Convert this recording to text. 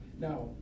Now